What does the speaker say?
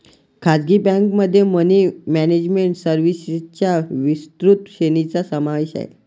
खासगी बँकेमध्ये money management सर्व्हिसेसच्या विस्तृत श्रेणीचा समावेश आहे